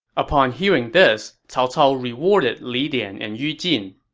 upon hearing this, cao cao rewarded li dian and yu jin.